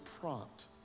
prompt